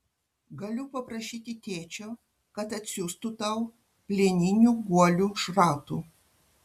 galiu paprašyti tėčio kad atsiųstų tau plieninių guolių šratų